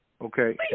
Okay